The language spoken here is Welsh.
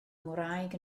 ngwraig